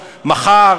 מחר,